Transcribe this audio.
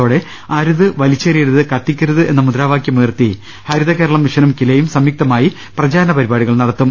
ത്തോടെ അരുത് വലിച്ചെറിയരുത് കത്തിക്കരുത് എന്ന മുദ്രാവാക്യമുയർത്തി ഹരിതകേരളം മിഷനും കിലയും സംയുക്തമായി പ്രചാരണ പരിപാടികൾ നട ത്തും